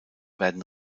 werden